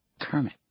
Kermit